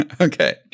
Okay